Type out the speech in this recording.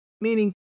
meaning